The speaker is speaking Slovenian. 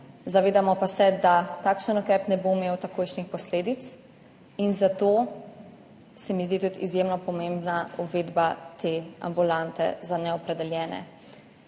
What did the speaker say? zavedamo pa se, da takšen ukrep ne bo imel takojšnjih posledic in zato se mi zdi tudi izjemno pomembna uvedba te ambulante za neopredeljene,